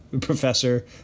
Professor